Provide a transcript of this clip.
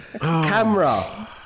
camera